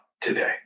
today